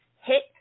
hit